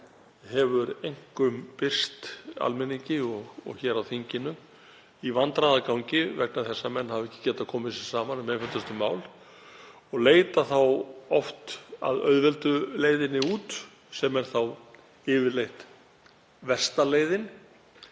hefur einkum birst almenningi og þingmönnum í vandræðagangi vegna þess að menn hafa ekki getað komið sér saman um einföldustu mál og leita þá oft að auðveldu leiðinni út, sem er þá yfirleitt versta leiðin,